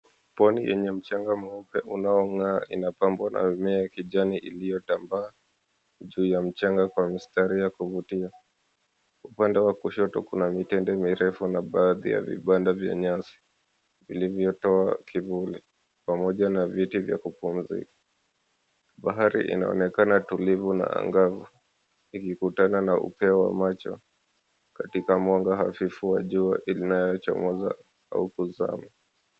Pwani yenye mchanga mweupe unaong'aa inapambwa na mimea ya kijani iliyotambaa juu ya mchanga kwa mistari ya kuvutia. Upande wa kushoto kuna mitende mirefu na pia vibanda vya nyasi vilivyotoa kivuli pamoja na viti vya kupumzika. Bahari inaonekana tulivu na angavu ikikutana na upeo wa macho katika mwanga hafifu wa jua inayochomoza au kuzama.